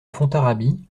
fontarabie